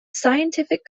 scientific